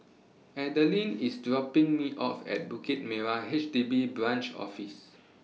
Adalynn IS dropping Me off At Bukit Merah H D B Branch Office